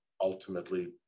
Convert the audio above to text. ultimately